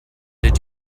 did